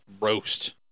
roast